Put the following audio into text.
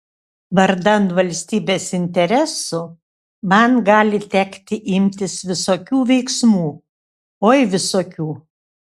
vardan valstybės interesų man gali tekti imtis visokių veiksmų oi visokių